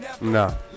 No